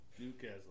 Newcastle